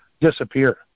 disappear